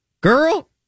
girl